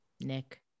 Nick